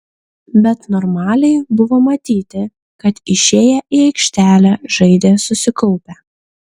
bet normaliai buvo matyti kad išėję į aikštelę žaidė susikaupę